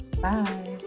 Bye